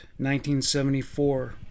1974